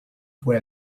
fue